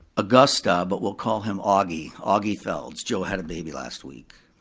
augusta, but we'll call him augie, augie feld, jo had a baby last week.